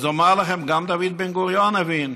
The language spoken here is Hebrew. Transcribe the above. אז אומר לכם שגם דוד בן-גוריון הבין.